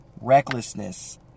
recklessness